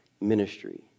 ministry